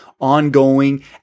ongoing